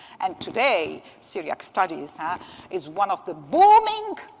and today, syriac studies is one of the booming